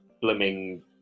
blooming